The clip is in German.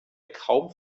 kaum